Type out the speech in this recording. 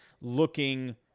looking